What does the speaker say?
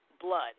blood